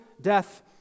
death